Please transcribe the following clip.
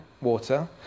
water